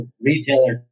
retailer